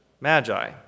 magi